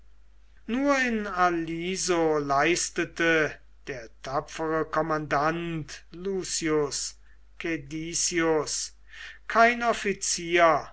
nur in aliso leistete der tapfere kommandant lucius caedicius kein offizier